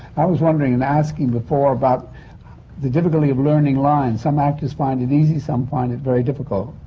i was wondering, in asking before about the difficulty of learning lines. some actors find it easy. some find it very difficult.